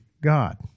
God